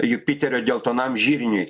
jupiterio geltonam žirniui